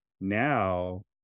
Now